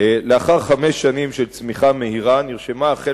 לאחר חמש שנים של צמיחה מהירה נרשמה החל